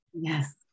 Yes